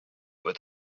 with